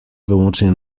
wyłącznie